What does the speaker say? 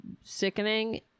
sickening